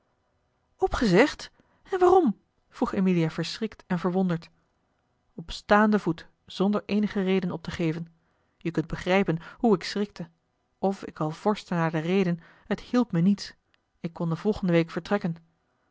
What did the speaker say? opgezegd en waarom vroeg emilia verschrikt en verwonderd op staanden voet zonder eenige reden op te geven je kunt begrijpen hoe ik schrikte of ik al vorschte naar de reden het hielp me niets ik kon de volgende week vertrekken